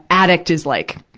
addict is, like,